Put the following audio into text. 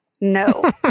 No